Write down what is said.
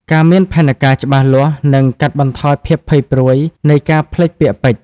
ការមានផែនការច្បាស់លាស់នឹងកាត់បន្ថយភាពភ័យព្រួយនៃការភ្លេចពាក្យពេចន៍។